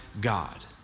God